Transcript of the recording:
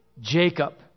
Jacob